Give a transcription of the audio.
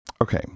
Okay